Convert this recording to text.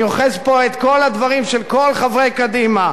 אני אוחז פה את כל הדברים של כל חברי קדימה.